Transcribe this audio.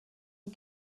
and